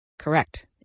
Correct